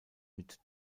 mit